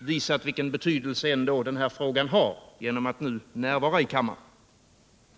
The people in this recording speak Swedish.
visat vilken betydelse ändå denna fråga har genom att nu närvara i kammaren.